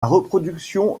reproduction